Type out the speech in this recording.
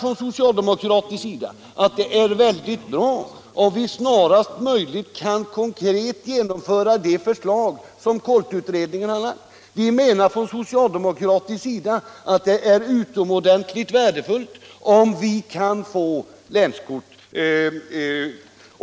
Från socialdemokratisk sida menar vi att det är väldigt bra om vi snarast möjligt kan konkret genomföra de förslag som KOLT-utredningen har lagt fram. Vi menar vidare att det är utomordentligt värdefullt om vi kan få länskort.